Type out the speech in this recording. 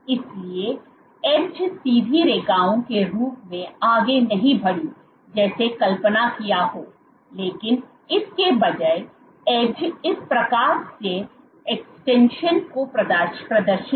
इसलिए किनारा सीधी रेखाओं के रूप में आगे नहीं बढ़ी जैसे कल्पना किया हो लेकिन इसके बजाय एड्झ इस प्रकार के एक्सटेंशन को प्रदर्शित किया